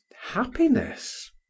happiness